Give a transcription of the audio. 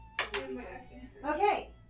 Okay